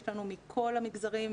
יש לנו מכל המגזרים,